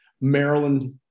Maryland